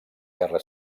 guerra